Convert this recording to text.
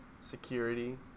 security